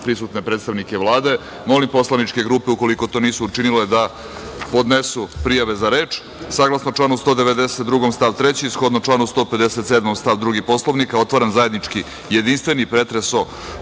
prisutne predstavnike Vlade. Molim poslaničke grupe ukoliko to već nisu učinile, da podnesu prijave za reč. Saglasno članu 192. stav 3. shodno članu 157. stav 2. Poslovnika Narodne skupštine, otvaram zajednički jedinstveni pretres